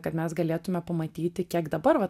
kad mes galėtume pamatyti kiek dabar va